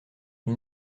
ils